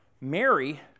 Mary